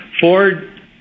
Ford